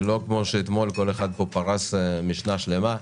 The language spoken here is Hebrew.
ולא כמו אתמול, שכל אחד פרש משנה שלמה.